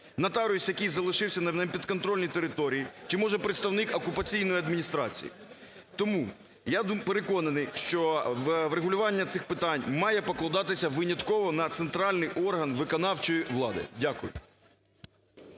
Нотаріус, який залишився на непідконтрольній території? Чи може представник окупаційної адміністрації? Тому я переконаний, що врегулювання цих питань має покладатися винятково на центральний орган виконавчої влади. Дякую.